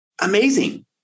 Amazing